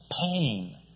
pain